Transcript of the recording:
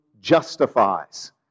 justifies